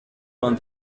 vingt